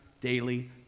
daily